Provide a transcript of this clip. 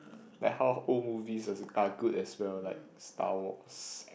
like how old movies also are good as well like Star-Wars